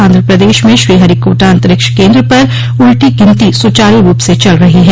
आंध्र प्रदेश में श्रीहरीकोटा अंतरिक्ष केन्द्र पर उल्टी गिनती सुचारू रूप से चल रही है